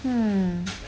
mm